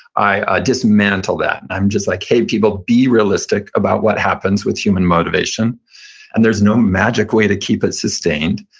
i dismantle that. i'm just like, hey, people, be realistic about what happens with human motivation and there's no magic way to keep it sustained.